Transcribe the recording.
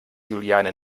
juliane